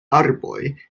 arboj